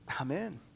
Amen